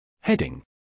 Heading